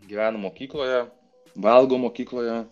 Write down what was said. gyvenam mokykloje valgom mokykloje